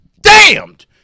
damned